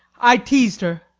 i teased her.